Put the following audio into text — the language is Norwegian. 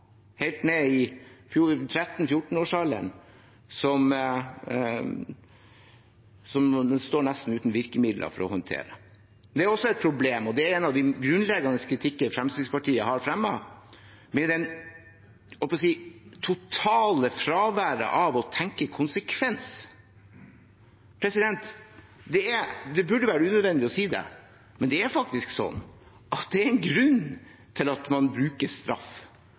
helt ned i 13–14-årsalderen. De står nesten uten virkemidler for å håndtere dette. En grunnleggende kritikk Fremskrittspartiet har fremmet, gjelder problemet med det totale fraværet av å tenke konsekvens. Det burde være unødvendig å si det, men det er faktisk sånn at det er en grunn til at man bruker straff.